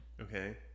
Okay